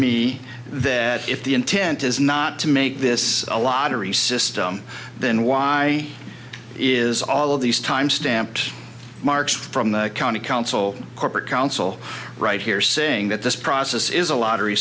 me that if the intent is not to make this a lottery system then why is all of these time stamped marks from the county council corporate council right here saying that this process is a lottery